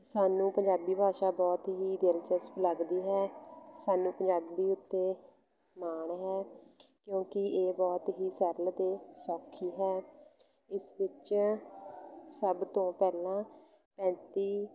ਸਾਨੂੰ ਪੰਜਾਬੀ ਭਾਸ਼ਾ ਬਹੁਤ ਹੀ ਦਿਲਚਸਪ ਲੱਗਦੀ ਹੈ ਸਾਨੂੰ ਪੰਜਾਬੀ ਉੱਤੇ ਮਾਣ ਹੈ ਕਿਉਂਕਿ ਇਹ ਬਹੁਤ ਹੀ ਸਰਲ ਅਤੇ ਸੌਖੀ ਹੈ ਇਸ ਵਿੱਚ ਸਭ ਤੋਂ ਪਹਿਲਾਂ ਪੈਂਤੀ